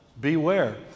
beware